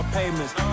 payments